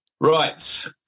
Right